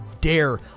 dare